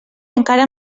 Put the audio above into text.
encara